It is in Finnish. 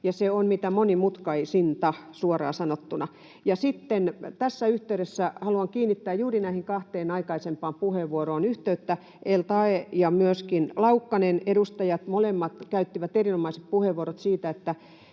se on mitä monimutkaisinta, suoraan sanottuna. Tässä yhteydessä haluan kiinnittää huomiota juuri näihin kahteen aikaisempaan puheenvuoroon. Edustajat al-Taee ja Laukkanen, molemmat, käyttivät erinomaiset puheenvuorot siitä,